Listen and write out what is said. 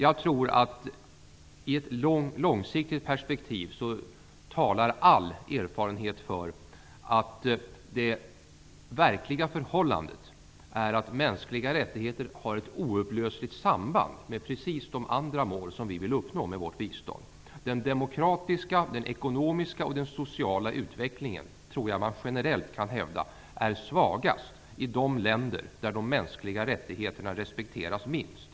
All erfarenhet talar för att det verkliga förhållandet i ett långsiktigt perspektiv är att mänskliga rättigheter har ett oupplösligt samband med de andra mål som vi vill uppnå med vårt bistånd. Den demokratiska, ekonomiska och sociala utvecklingen är svagast i de länder där de mänskliga rättigheterna respekteras minst.